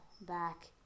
back